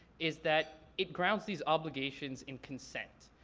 is that it grounds these obligations in consent.